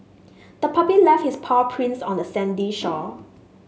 the puppy left its paw prints on the sandy shore